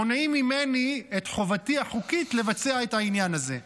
מונעים ממני את חובתי החוקית לבצע את העניין הזה.